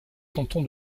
canton